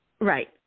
Right